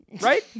Right